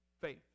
faith